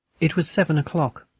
it was seven o'clock.